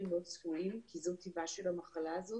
לא צפויים כי זאת טיבה של המחלה הזאת.